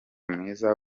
mwiza